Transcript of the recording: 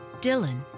Dylan